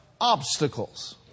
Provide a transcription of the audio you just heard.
obstacles